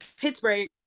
Pittsburgh